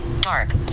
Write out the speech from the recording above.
dark